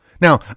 Now